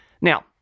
Now